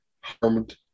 harmed